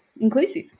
inclusive